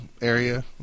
area